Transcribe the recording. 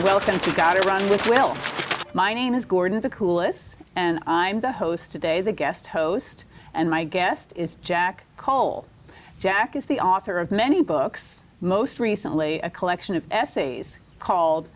well thank you got to run with you know my name is gordon the coolest and i'm the host today the guest host and my guest is jack cole jack is the author of many books most recently a collection of essays called